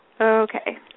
Okay